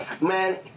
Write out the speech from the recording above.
Man